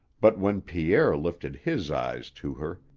but when pierre lifted his eyes to her,